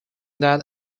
that